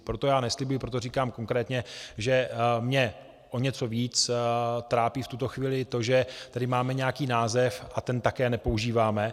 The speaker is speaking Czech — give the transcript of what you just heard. Proto já neslibuji, proto říkám konkrétně, že mě o něco víc trápí v tuto chvíli to, že tady máme nějaký název a ten také nepoužíváme.